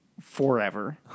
Forever